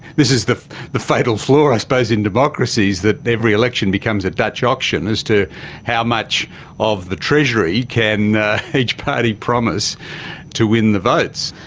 this is the the fatal flaw i suppose in democracies, that every election becomes a dutch auction as to how much of the treasury can each party promise to win the votes.